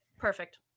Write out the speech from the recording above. Perfect